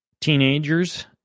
teenagers